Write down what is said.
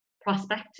prospect